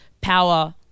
power